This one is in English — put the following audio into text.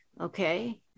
okay